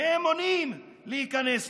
מהם מונעים להיכנס לשם.